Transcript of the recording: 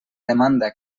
demanda